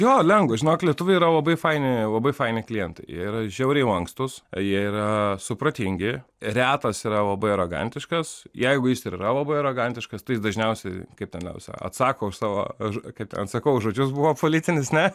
jo lengva žinok lietuviai yra labai faini labai faini klientai yra žiauriai lankstūs jie yra supratingi retas yra labai arogantiškas jeigu jis ir yra labai arogantiškas tai jis dažniausiai kaip tenai atsako už savo kaip ten atsakau už žodžius buvo politinis na